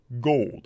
gold